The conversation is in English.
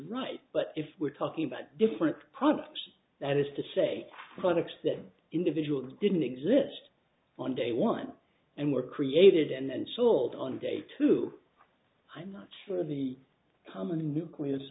right but if we're talking about different products that is to say products that individuals didn't exist on day one and were created and sold on day two i'm not sure the common nucleus